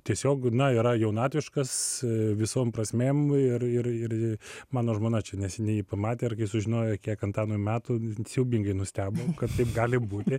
tiesiog na yra jaunatviškas visom prasmėm ir ir ir mano žmona čia neseniai jį pamatė ir kai sužinojo kiek antanui metų siaubingai nustebom kad taip gali būti